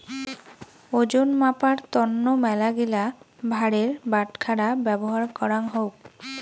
ওজন মাপার তন্ন মেলাগিলা ভারের বাটখারা ব্যবহার করাঙ হউক